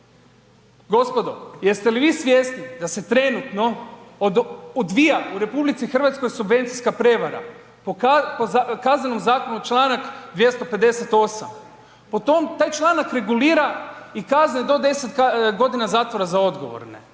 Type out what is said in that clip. Gospodo, jeste li vi svjesni da se trenutno odbija u RH subvencijska prevara. Po Kaznenom zakonu, čl. 258. Po tom, taj članak regulira i kazne do 10 godina zatvora za odgovorne.